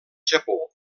japó